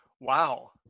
Wow